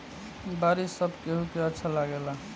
बारिश सब केहू के अच्छा लागेला